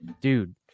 dude